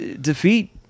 defeat